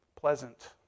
pleasant